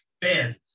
band